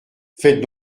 faites